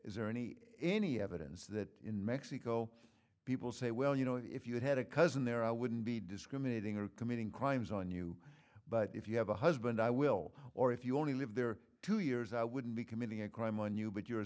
is there any any evidence that in mexico people say well you know if you had a cousin there i wouldn't be discriminating or committing crimes on you but if you have a husband i will or if you only live there two years i would be committing a crime on you but you